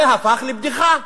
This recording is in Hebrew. זה הפך לבדיחה.